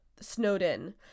Snowden